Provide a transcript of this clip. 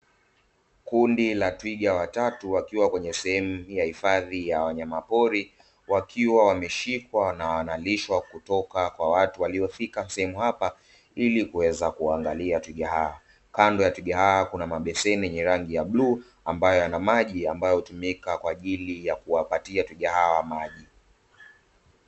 Kundi la twiga watatu wakiwa kwenye sehemu hii ya hifadhi ya wanyama pori, wakiwa wameshikwa na wanalishwa kutoka kwa watu waliofika sehemu hapa, ili kuweza kuangalia tukiohawa kando ya tiga kuna mabesini rangi ya blue ambayo yana maji ambayo hutumika kwa ajili ya kuwapatia hawa maji.